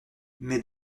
mes